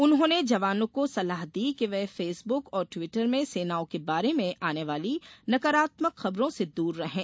उन्होंने जवानों को सलाह दी कि वे फेसबुक और ट्वीटर में सेनाओं के बारे में आने वाली नकारात्मक खबरों से दूर रहें